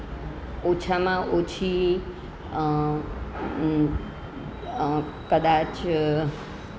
ઓછામાં ઓછી કદાચ